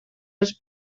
els